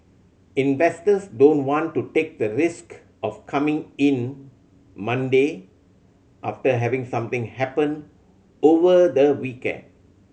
investors don't want to take the risk of coming in Monday after having something happen over the weekend